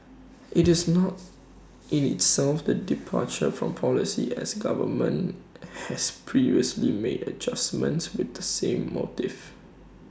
IT is not in itself the departure from policy as government has previously made adjustments with the same motive